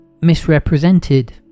misrepresented